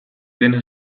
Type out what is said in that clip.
dena